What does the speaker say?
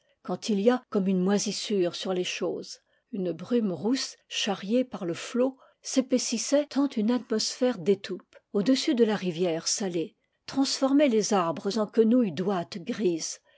quand il y a comme une moisissure sur les choses une brume rousse charriée parle flot s'épaississait en une atmosphère d'étoupe au-dessus de la rivière salée transformait les arbres en quenouilles d'ouate grise